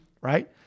right